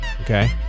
okay